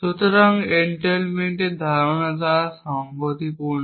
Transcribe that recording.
সুতরাং এনটেইলমেন্টের ধারণার সাথে সঙ্গতিপূর্ণ